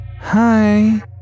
Hi